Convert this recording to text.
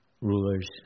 rulers